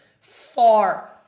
far